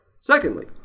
Secondly